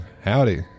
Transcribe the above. Howdy